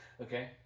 Okay